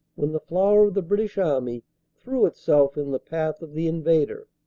when the flower of the british army threw itself in the path of the invader,